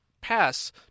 pass